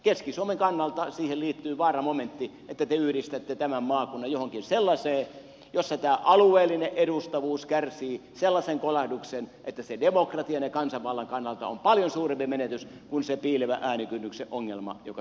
keski suomen kannalta siihen liittyy vaaramomentti että te yhdistätte tämän maakunnan johonkin sellaiseen jossa tämä alueellinen edustavuus kärsii sellaisen kolahduksen että se on demokratian ja kansanvallan kannalta paljon suurempi menetys kuin se piilevän äänikynnyksen ongelma joka siellä on